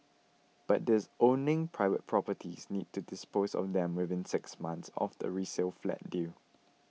but these owning private properties need to dispose of them within six months of the resale flat deal